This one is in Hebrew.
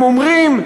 הם אומרים,